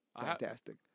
fantastic